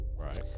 right